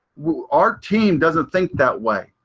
our team doesn't think that way.